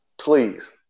please